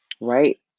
right